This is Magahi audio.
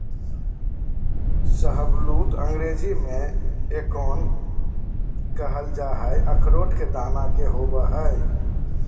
शाहबलूत अंग्रेजी में एकोर्न कहल जा हई, अखरोट के दाना के होव हई